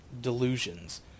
delusions